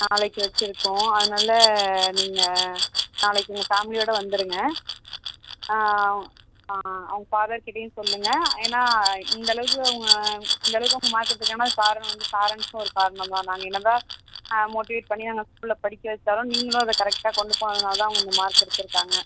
நாளைக்கு வச்சுருக்கோம் அதனால நீங்கள் நாளைக்கு உங்கள் ஃபேமிலியோடு வந்துடுங்க அவங்க ஃபாதர் கிட்டேயும் சொல்லுங்கள் ஏன்னா இந்தளவுக்கு அவங்க இந்தளவுக்கு அவங்க மார்க் எடுத்திருக்காங்க காரணம் வந்து பேரண்ட்ஸும் ஒரு காரணம்தான் நாங்கள் என்னதான் மோட்டிவேட் பண்ணி நாங்கள் ஸ்கூலில் படிக்க வைச்சாலும் நீங்களும் அதை கரெக்டாக கொண்டு போனதினால தான் அவங்க இந்த மார்க் எடுத்திருக்காங்க